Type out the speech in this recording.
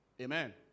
Amen